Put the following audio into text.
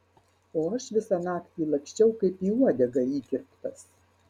o aš visą naktį laksčiau kaip į uodegą įkirptas